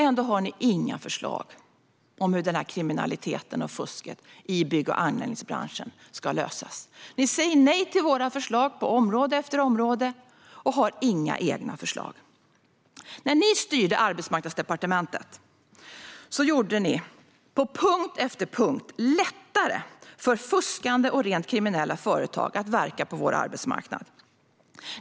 Ändå har ni inte några förslag om hur kriminaliteten och fusket i bygg och anläggningsbranschen ska lösas. Ni säger nej till våra förslag på område efter område och har inga egna förslag. När ni styrde Arbetsmarknadsdepartementet gjorde ni på punkt efter punkt det lättare för fuskande och rent kriminella företag att verka på vår arbetsmarknad.